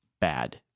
bad